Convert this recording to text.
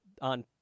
on